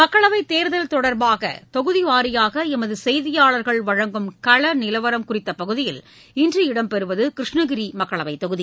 மக்களவைத் தேர்தல் தொடர்பாகதொகுதிவாரியாகஎமதுசெய்தியாளர்கள் வழங்கும் களநிலவரம் குறித்தபகுதியில் இன்று இடம்பெறுவதுகிரிஷ்ணகிரிமக்களவைத் தொகுதி